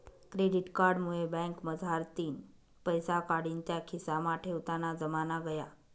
credit card मुये बँकमझारतीन पैसा काढीन त्या खिसामा ठेवताना जमाना गया